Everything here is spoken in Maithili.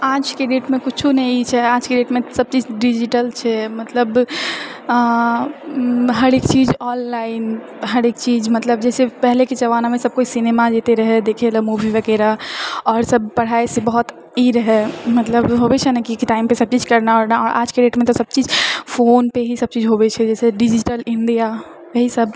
आजके डेटमे किछु नहि ई छै आजके डेटमे सबचीज डिजिटल छै मतलब हरेक चीज ऑनलाइन हरेक चीज मतलब जैसे पहिलेकेँ जबानामे सब कोइ सिनेमा जेतए रहै देखै ले मूवी वगैरह आओर सब पढ़ाइ से बहुत ई रहए मतलब होवै छै ने कि टाइम पर सबचीज करना उरना आजके डेटमे तऽ सबचीज फोन पे ही सबचीज होवे छै जैसे डिजिटल इण्डिया इएह सब